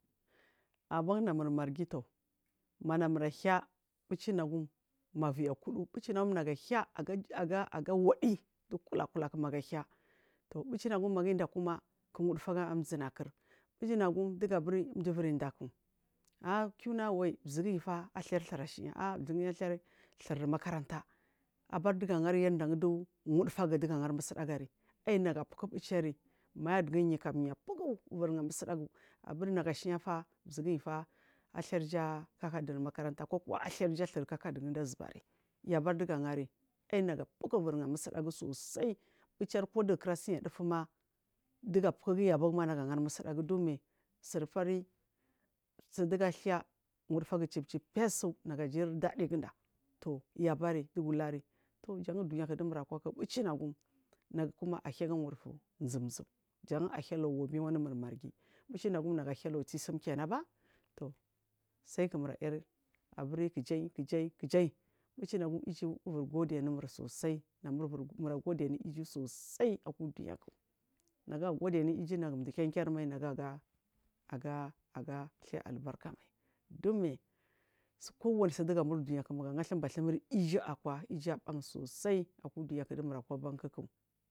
Abang namur marghi toh namur hiya mbedi nagum ma viyi kudu nagu ahiya aga widi kulakulaku manage ahiya mbechi nagum mangu inda kuma ko wudu fagu amzunakur mbechi nagum mjar vuri daku ah kiuwuna wai zurguyifa athairi thur ashina zurgu athiyar itun makaranta abari yanda dugu angari wudufagu agari aiyi nagu paku mbichiri mayar dugu yuk am yapuku ivuri gamusangu kuji nagu ashmata zurgiyu athiyari thur ko kakaduri makuranta azubari abari dugu angari ainagu puku ivuriga musdagu sosai mbechin dugu pukuguyi kura siya fufuma nagu gari musdagu gadubari sudugu athai surfarinduki wudukgu chepechip pisu nagu jiridadigunda toh yabari dugu ubri yaban duniyaku dumurwa ku mbechi nagum nagu kuma ahiya aga wudufu zumzutsu jan ahiya hanu wobe madumur marghi mbechi wasum lawuldo tsisum to sai kumur ayiri aburi kijai kijai mbechi nagum igu ivuri gode anumur sosai mura gode anu iju sosai aku dunyaku nagu agodi anu iju nagu mdu kinkir mal nagu aga aga a athiya albarka mai dunmi kowari su dugu amul dunya ku kowari su dugu amul nagu agathumba thumuri aju akwa dumura bankaku